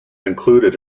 included